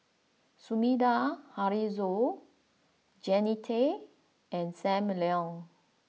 Sumida Haruzo Jannie Tay and Sam Leong